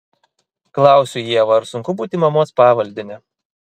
klausiu ievą ar sunku būti mamos pavaldine